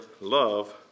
love